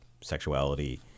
sexuality